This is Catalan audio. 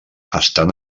estan